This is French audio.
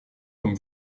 comme